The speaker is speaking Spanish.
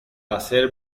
hacer